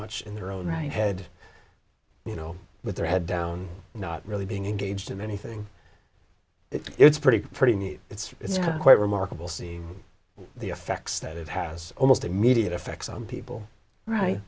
much in their own right head you know with their head down not really being engaged in anything that it's pretty pretty new it's it's quite remarkable see the effects that it has almost immediate effects on people right